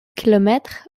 kilomètre